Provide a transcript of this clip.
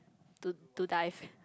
to to dive